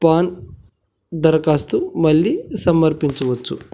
pan దరఖాస్తు మళ్ళీ సమర్పించవచ్చు